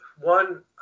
one